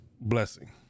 blessing